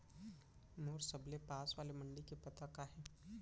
मोर सबले पास वाले मण्डी के पता का हे?